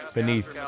beneath